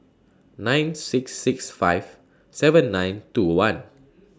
nine six six five seven nine two one